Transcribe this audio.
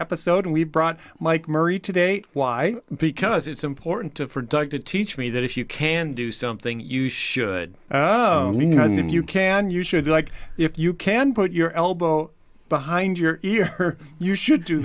episode we brought mike murray today why because it's important to for doug to teach me that if you can do something you should you know i mean you can you should like if you can put your elbow behind your ear you should do